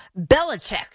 Belichick